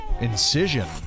Incision